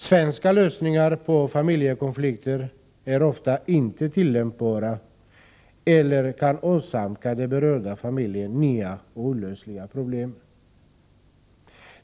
Svenska lösningar på familjekonflikter är ofta inte tillämpbara eller kan åsamka den berörda familjen nya och olösliga problem.